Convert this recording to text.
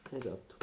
esatto